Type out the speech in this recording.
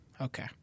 Okay